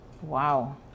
Wow